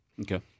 Okay